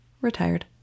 Retired